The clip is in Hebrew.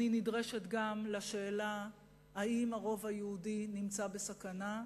אני נדרשת גם לשאלה אם הרוב היהודי נמצא בסכנה,